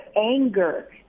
anger